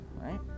right